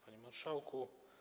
Panie Marszałku!